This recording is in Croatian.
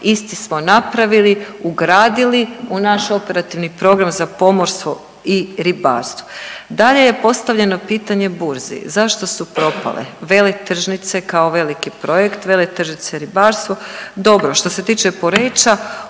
isti smo napravili, ugradili u naš operativni program za pomorstvo i ribarstvo. Dalje je postavljeno pitanje burzi, zašto su propale veletržnice kao veliki projekt, veletržnice, ribarstvo. Dobro, što se tiče Poreča,